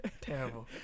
terrible